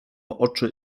oczy